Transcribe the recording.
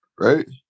right